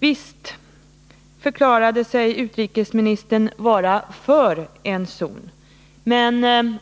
Visst förklarade sig utrikesministern vara för en zon, men